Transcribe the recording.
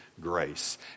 grace